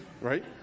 right